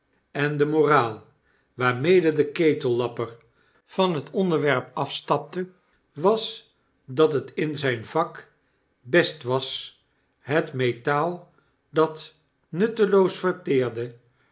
en de moraal waarmede de ketellapper van het onderwerp afstapte was dat het in zijn vak best was het metaal dat nutteloos verteerde